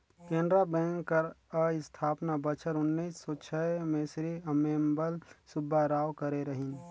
Canara bank कर अस्थापना बछर उन्नीस सव छय में श्री अम्मेम्बल सुब्बाराव करे रहिन